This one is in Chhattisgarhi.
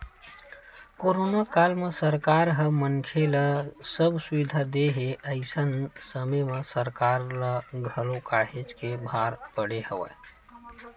कोरोना काल म सरकार ह मनखे ल सब सुबिधा देय हे अइसन समे म सरकार ल घलो काहेच के भार पड़े हवय